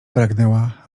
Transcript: pragnęła